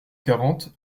quarante